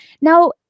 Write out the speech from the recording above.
Now